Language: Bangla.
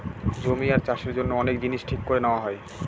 জমি আর চাষের জন্য অনেক জিনিস ঠিক করে নেওয়া হয়